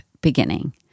beginning